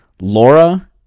Laura